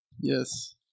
yes